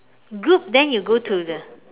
group then you go to the